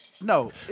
No